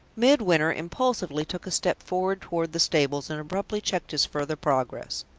midwinter impulsively took a step forward toward the stables, and abruptly checked his further progress.